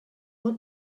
want